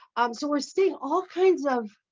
um so we're seeing all kinds of